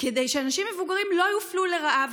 כדי שאנשים מבוגרים לא יופלו לרעה,